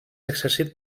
exercit